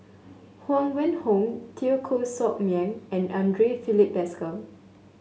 Huang Wenhong Teo Koh Sock Miang and Andre Filipe Desker